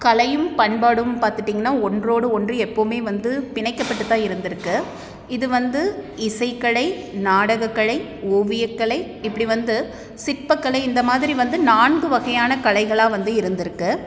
கலையும் பண்பாடும் பார்த்துட்டிங்கன்னா ஒன்றோடு ஒன்று எப்பவுமே வந்து பிணைக்கப்பட்டுதான் இருந்துருக்குது இது வந்து இசைக்கலை நாடகக்கலை ஓவியக்கலை இப்படி வந்து சிற்பக்கலை இந்தமாதிரி வந்து நான்கு வகையான கலைகளாக வந்து இருந்துருக்குது